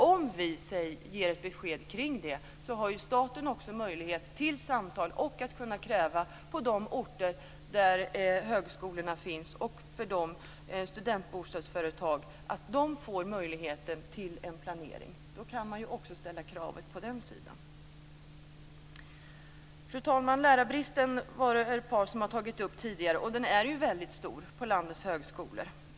Om man ger ett besked kring detta har ju staten också en möjlighet att föra samtal och kräva att man, på de orter där högskolorna finns, får möjligheter till en planering - det gäller också studentbostadsföretagen. Då kan man ju också ställa krav på den sidan. Fru talman! Det är ett par som har tagit upp lärarbristen tidigare, och den är väldigt stor på landets högskolor.